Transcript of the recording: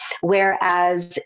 Whereas